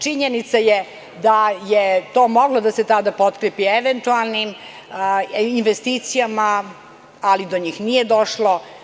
Činjenica je da je to moglo da se tada potkrepi eventualnim investicijama, ali do njih nije došlo.